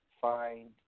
find